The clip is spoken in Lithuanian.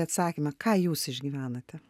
atsakymą ką jūs išgyvenate